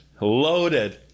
Loaded